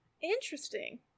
Interesting